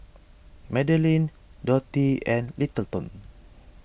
Madelyn Dottie and Littleton